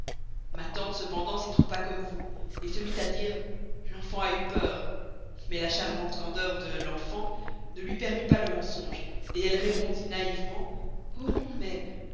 ma tante cependant s'y trompa comme vous et se mit à dire l'enfant a eu peur mais la charmante candeur de l'enfant ne lui permit pas le mensonge et elle répondit naïvement oh non mais